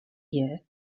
year